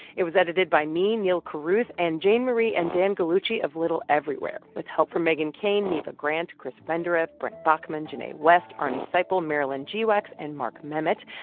it was edited by me, neal carruth, and jane marie and dann gallucci of little everywhere with help from meghan keane, neva grant, chris benderev, brent bachman, jinae west, arnie seipel, marilyn geewax and mark memmott.